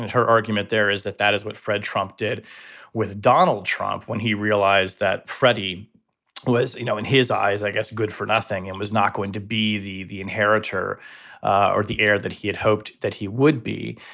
her argument there is that that is what fred trump did with donald trump when he realized that freddie was, you know, in his eyes, i guess, good for nothing and was not going to be the the inheritor ah or the heir that he had hoped that he would be.